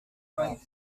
prague